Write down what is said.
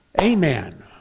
Amen